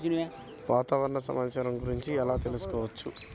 వాతావరణ సమాచారం గురించి ఎలా తెలుసుకోవచ్చు?